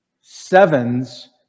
sevens